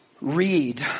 Read